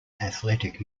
athletic